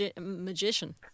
magician